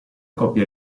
coppia